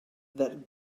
that